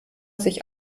sich